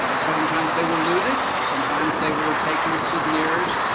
ah sometimes they were looted, sometimes they were were taken as souvenirs,